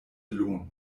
lohn